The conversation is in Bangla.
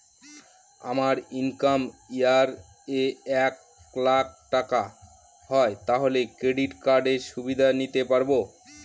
আমার ইনকাম ইয়ার এ এক লাক টাকা হয় তাহলে ক্রেডিট কার্ড এর সুবিধা নিতে পারবো?